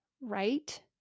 right